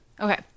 Okay